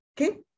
okay